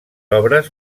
obres